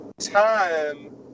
time